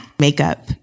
makeup